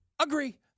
agree